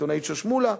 העיתונאית שוש מולא,